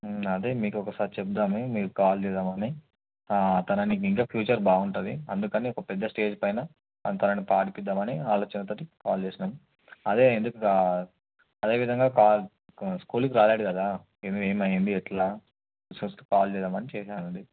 అదే మీకు ఒకసారి చెప్తాము మీకు కాల్ చేద్దామని తనది ఇంకా ఫ్యూచర్ బాగుంటుంది అందుకని ఒక పెద్ద స్టేజ్ పైన తనని పాడిద్దామని ఆలోచనతో కాల్ చేసిన్నాం అదే ఎందుకు అదేవిధంగా స్కూల్కి రాలేడు కదా ఏమైంది ఎట్లా ఫస్ట్ కాల్ చేద్దామని చేసాను అండి